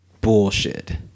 bullshit